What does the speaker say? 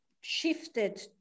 shifted